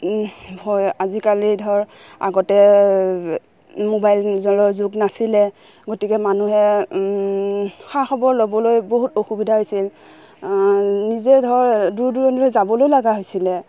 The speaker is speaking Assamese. আজিকালি ধৰ আগতে মোবাইল যোগাযোগ নাছিলে গতিকে মানুহে খা খবৰ ল'বলৈ বহুত অসুবিধা হৈছিল নিজে ধৰ দূৰ দূৰণিলৈ যাবলৈ লগা হৈছিলে